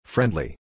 Friendly